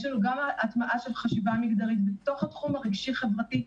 יש לנו גם הטמעה של חשיבה מגדרית בתוך התחום הרגשי-חברתי.